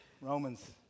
Romans